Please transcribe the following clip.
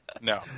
no